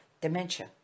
dementia